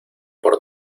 por